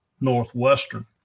Northwestern